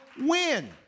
win